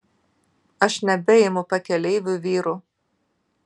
aš nebeimu pakeleivių vyrų